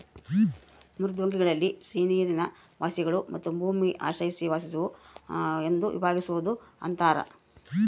ಮೃದ್ವಂಗ್ವಿಗಳಲ್ಲಿ ಸಿಹಿನೀರಿನ ವಾಸಿಗಳು ಮತ್ತು ಭೂಮಿ ಆಶ್ರಯಿಸಿ ವಾಸಿಸುವ ಎಂದು ವಿಭಾಗಿಸ್ಬೋದು ಅಂತಾರ